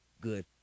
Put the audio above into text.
good